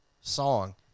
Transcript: song